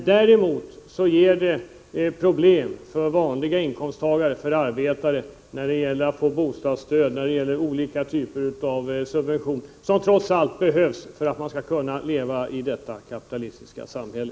Däremot orsakar det vanliga inkomsttagare, arbetare, problem när det gäller att få bostadsstöd och olika typer av subventioner, som trots allt behövs för att man skall kunna leva i detta kapitalistiska samhälle.